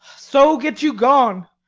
so, get you gone.